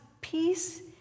peace